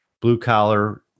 blue-collar